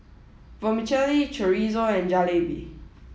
Vermicelli Chorizo and Jalebi